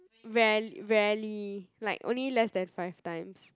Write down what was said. rare rarely like only less than five times